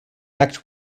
act